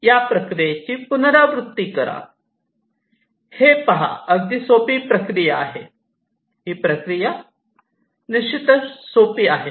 या प्रक्रियेची पुनरावृत्ती करा हे पहा अगदी सोपी आहे प्रक्रिया अगदी सोपी आहे